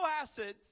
acids